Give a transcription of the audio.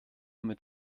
mit